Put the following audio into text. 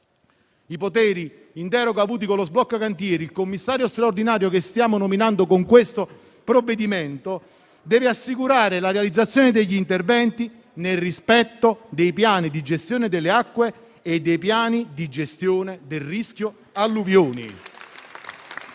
avuti in deroga con il decreto sblocca cantieri, il commissario straordinario che stiamo nominando con questo provvedimento assicuri la realizzazione degli interventi nel rispetto dei piani di gestione delle acque e dei piani di gestione del rischio alluvioni.